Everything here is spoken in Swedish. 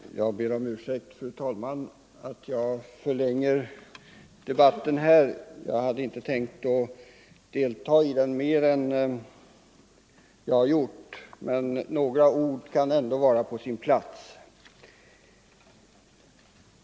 Fru talman! Jag ber om ursäkt för att jag förlänger debatten. Jag hade inte tänkt delta i den mer än jag har gjort, men några ord kan ändå vara på sin plats.